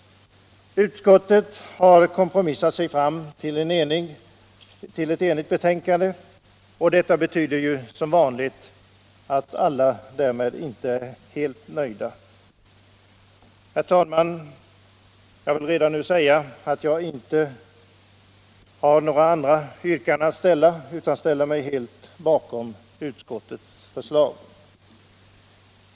Utskottet har kompromissat sig fram till ett enigt betänkande, och detta betyder att, som vanligt, alla därmed inte är helt nöjda. Herr talman! Jag vill redan nu säga att jag inte har några andra yrkanden än utskottets och ställer mig helt bakom dess förslag.